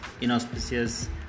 inauspicious